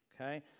okay